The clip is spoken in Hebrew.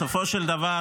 בסופו של דבר